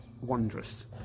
wondrous